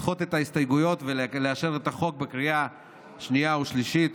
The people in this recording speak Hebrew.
לדחות את ההסתייגויות ולאשר את הצעת החוק בקריאה שנייה ושלישית.